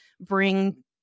Bring